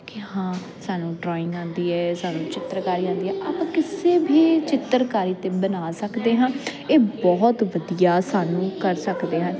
ਕਿ ਹਾਂ ਸਾਨੂੰ ਡਰਾਇੰਗ ਆਉਂਦੀ ਹੈ ਸਾਨੂੰ ਚਿੱਤਰਕਾਰੀ ਆਉਂਦੀ ਹੈ ਆਪਾਂ ਕਿਸੇ ਵੀ ਚਿੱਤਰਕਾਰੀ 'ਤੇ ਬਣਾ ਸਕਦੇ ਹਾਂ ਇਹ ਬਹੁਤ ਵਧੀਆ ਸਾਨੂੰ ਕਰ ਸਕਦੇ ਹਨ